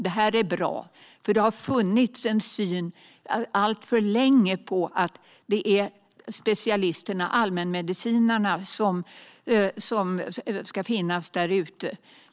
Det här är bra, för det har alltför länge funnits en syn att det är specialisterna i allmänmedicin som ska finnas där ute.